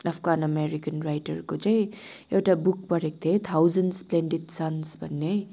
Afghan American राइटरको चाहिँ एउटा बुक पढेको थिएँ थाउजन्ड एसप्लेन्डिड सन्स भन्ने